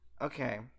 Okay